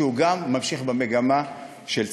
שגם הוא ממשיך במגמה של צמיחה.